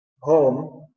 home